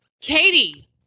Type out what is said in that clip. Katie